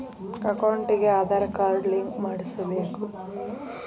ಅಕೌಂಟಿಗೆ Aadhaar card link ಮಾಡಿಸಬೇಕು?